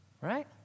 right